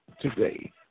today